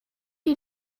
you